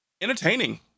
entertaining